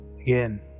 Again